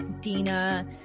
Dina